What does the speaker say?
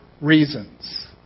reasons